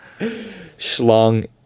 Schlong